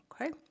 Okay